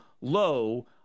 low